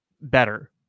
better